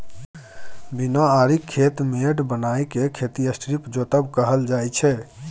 बिना आरिक खेत मेढ़ बनाए केँ खेती स्ट्रीप जोतब कहल जाइ छै